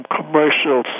commercial